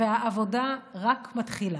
והעבודה רק מתחילה.